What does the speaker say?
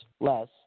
less